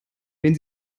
wenn